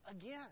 again